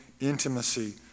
intimacy